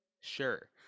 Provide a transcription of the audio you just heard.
sure